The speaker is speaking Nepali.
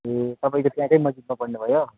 ए तपाईँको त्यहाँकै मस्जिदमा पढ्नु भयो